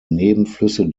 nebenflüsse